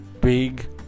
big